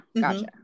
Gotcha